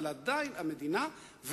אבל עדיין המדינה,